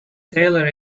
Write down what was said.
tailor